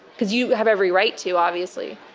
because you have every right to, obviously.